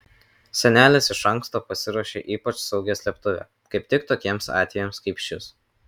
senelis iš anksto pasiruošė ypač saugią slėptuvę kaip tik tokiems atvejams kaip šis